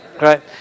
Right